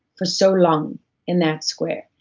for so long in that square,